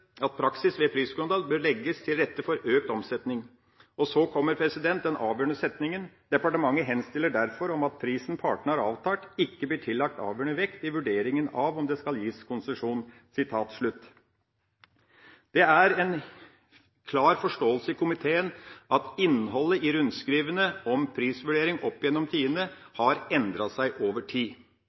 at praksis ved priskontroll bør legge til rette for økt omsetning.» Og så kommer den avgjørende setningen: «Departementet henstiller derfor om at prisen partene har avtalt, ikke blir tillagt avgjørende vekt i vurderingen av om det skal gis konsesjon.» Det er en klar forståelse i komiteen at innholdet i rundskrivene om prisvurdering opp gjennom tidene har endret seg.